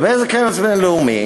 ובאיזה כנס בין-לאומי,